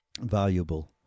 valuable